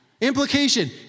Implication